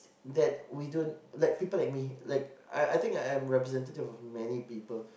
that we don't like people like me like I I think I am representative of many people